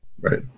Right